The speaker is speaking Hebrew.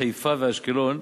חיפה ואשקלון,